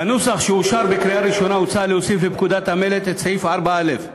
בנוסח שאושר בקריאה ראשונה הוצע להוסיף לפקודת המלט את סעיף 4א,